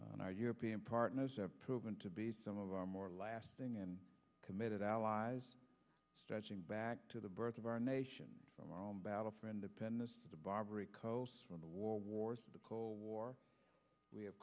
our european partners have proven to be some of our more lasting and committed allies stretching back to the birth of our nation from our own battle for independence the barbary coast in the war wars of the cold war we have